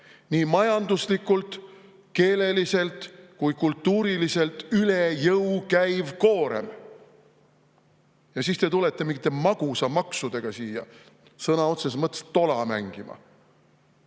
nii majanduslikult, keeleliselt kui ka kultuuriliselt üle jõu käiv koorem. Ja siis te tulete siia mingite magusamaksudega sõna otseses mõttes tola mängima.